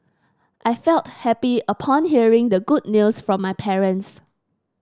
I felt happy upon hearing the good news from my parents